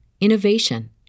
innovation